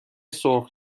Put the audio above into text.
سرخ